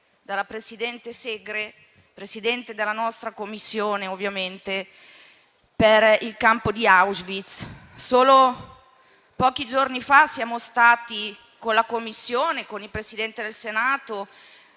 della presidente Segre, Presidente della nostra Commissione, ovviamente. Solo pochi giorni fa siamo stati con la Commissione, con il Presidente del Senato,